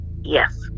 Yes